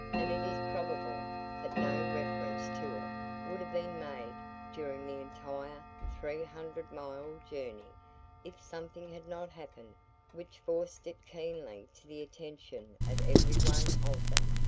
and it is probable that no reference to it would have been made during the entire three hundred mile journey if something had not happened which forced it keenly to the attention of every one of them.